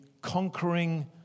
conquering